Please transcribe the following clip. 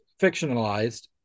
fictionalized